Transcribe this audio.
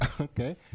Okay